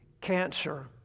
cancer